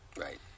Right